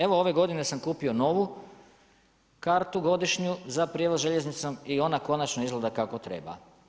Evo ove godine sam kupio novu kartu godišnju za prijevoz željeznicom i ona konačno izgleda kako treba.